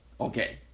Okay